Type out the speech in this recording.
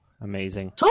Amazing